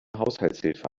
haushaltshilfe